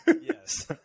Yes